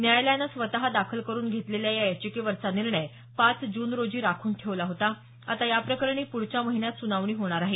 न्यायालयानं स्वत दाखल करून घेतलेल्या या याचिकेवरचा निर्णय पाच जून रोजी राखून ठेवला होता आता या प्रकरणी प्रुढच्या महिन्यात सुनावणी होणार आहे